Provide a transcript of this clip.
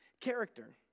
Character